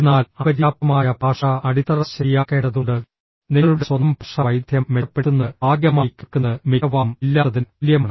എന്നാൽ അപര്യാപ്തമായ ഭാഷാ അടിത്തറ ശരിയാക്കേണ്ടതുണ്ട് നിങ്ങളുടെ സ്വന്തം ഭാഷാ വൈദഗ്ദ്ധ്യം മെച്ചപ്പെടുത്തുന്നത് ഭാഗികമായി കേൾക്കുന്നത് മിക്കവാറും ഇല്ലാത്തതിന് തുല്യമാണ്